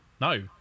No